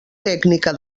tècnica